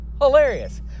Hilarious